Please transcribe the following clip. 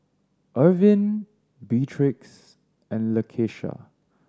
Ervin Beatrix and Lakeisha